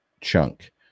chunk